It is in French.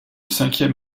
cinquième